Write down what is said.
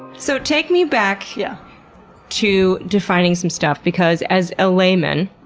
so take me back yeah to defining some stuff. because as a layman,